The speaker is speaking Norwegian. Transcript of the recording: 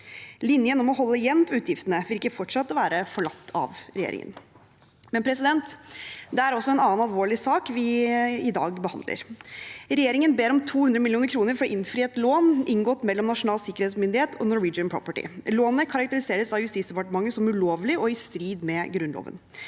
Linjen om å holde igjen på utgiftene virker fortsatt å være forlatt av regjeringen. Det er også en annen alvorlig sak vi i dag behandler. Regjeringen ber om 200 mill. kr for å innfri et lån inngått mellom Nasjonal sikkerhetsmyndighet og Norwegian Property. Lånet karakteriseres av Justisdepartementet som ulovlig, og i strid med Grunnloven.